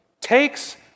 takes